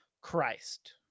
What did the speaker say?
christ